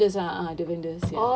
the vendors ah a'ah the vendors